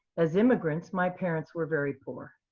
as immigrants, my parents were very poor.